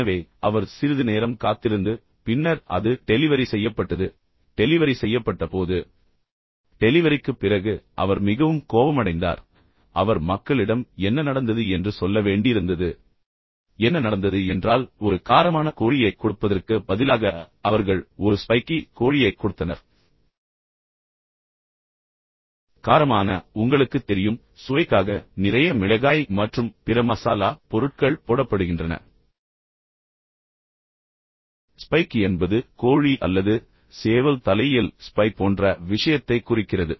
எனவே அவர் சிறிது நேரம் காத்திருந்து பின்னர் அது டெலிவரி செய்யப்பட்டது டெலிவரி செய்யப்பட்டபோது டெலிவரிக்குப் பிறகு அவர் மிகவும் கோபமடைந்தார் பின்னர் அவர் மக்களை மீண்டும் அழைத்து அவர்களிடம் என்ன நடந்தது என்று சொல்ல வேண்டியிருந்தது என்ன நடந்தது என்றால் ஒரு காரமான கோழியைக் கொடுப்பதற்குப் பதிலாக அவர்கள் ஒரு ஸ்பைக்கி கோழியைக் கொடுத்தனர் காரமான உங்களுக்குத் தெரியும் சுவைக்காக நிறைய மிளகாய் மற்றும் பிற மசாலா பொருட்கள் போடப்படுகின்றன ஸ்பைக்கி என்பது கோழி அல்லது சேவல் தலையில் ஸ்பைக் போன்ற விஷயத்தைக் குறிக்கிறது